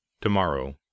Tomorrow